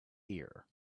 ear